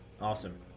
Awesome